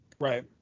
Right